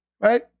Right